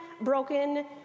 broken